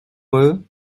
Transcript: eux